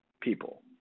people